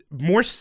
more